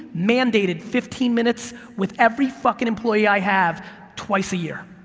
mandated fifteen minutes with every fucking employee i have twice a year.